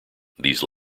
these